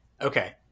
okay